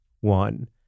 one